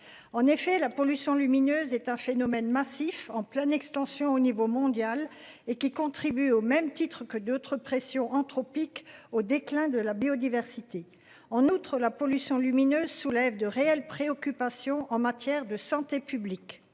en effet la pollution lumineuse est un phénomène massif en pleine extension au niveau mondial et qui contribue au même titre que d'autres pressions anthropiques au déclin de la biodiversité en outre la pollution lumineuse soulève de réelles préoccupations en matière de santé publique.